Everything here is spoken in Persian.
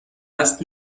قصد